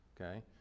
okay